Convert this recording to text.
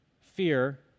fear